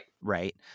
Right